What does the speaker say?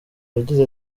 yagize